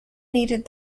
needed